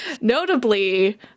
Notably